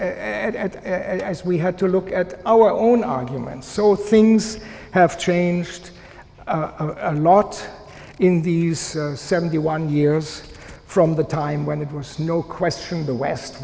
we had to look at our own arguments so things have changed a lot in these seventy one years from the time when it was no question the west